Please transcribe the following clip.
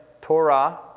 Torah